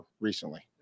recently